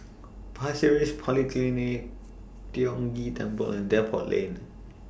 Pasir Ris Polyclinic Tiong Ghee Temple and Depot Lane